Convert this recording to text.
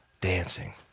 dancing